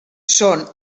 són